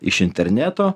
iš interneto